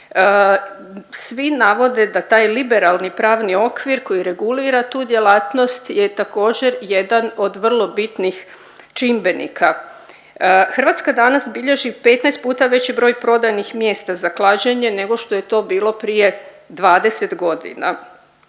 svi navode da taj liberalni pravni okvir koji regulira tu djelatnost je također jedan od vrlo bitnih čimbenika. Hrvatska danas bilježi 15 puta veći broj prodajnih mjesta za klađenje nego što je to bilo prije 20 godina.